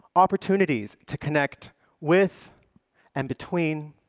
opportunities to connect with and between.